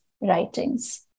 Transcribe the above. writings